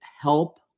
help